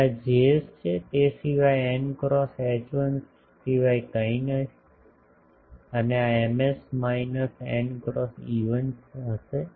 હવે આ Js છે તે સિવાય n ક્રોસ H1 સિવાય કંઇ નહીં અને આ Ms minus n cross E1 હશે